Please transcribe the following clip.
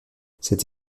cette